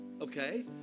okay